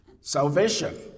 Salvation